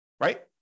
right